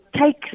take